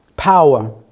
Power